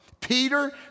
Peter